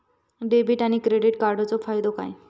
Debit आणि credit कार्डचो फायदो काय?